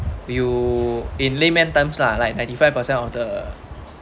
you in layman terms lah like ninety five percent of the